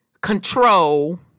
control